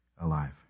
alive